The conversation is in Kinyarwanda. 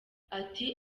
ati